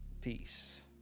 Peace